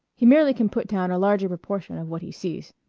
he merely can put down a larger proportion of what he sees.